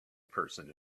person